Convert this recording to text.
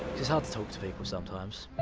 it's hard to talk to people sometimes.